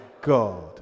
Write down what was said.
God